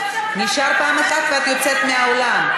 נשארה פעם אחת ואת יוצאת מהאולם.